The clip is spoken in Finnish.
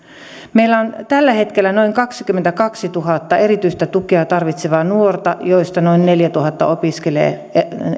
meillä on tällä hetkellä noin kaksikymmentäkaksituhatta erityistä tukea tarvitsevaa nuorta joista noin neljätuhatta opiskelee